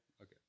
okay